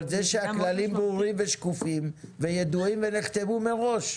אבל זה שהכללים ברורים ושקופים וידועים ונחתמו מראש.